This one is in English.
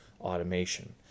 automation